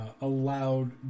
allowed